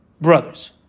brothers